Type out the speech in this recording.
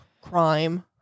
crime